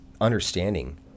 understanding